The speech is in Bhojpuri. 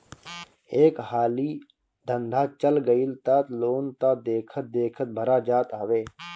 एक हाली धंधा चल गईल तअ लोन तअ देखते देखत भरा जात हवे